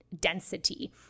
density